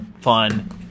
fun